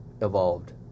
evolved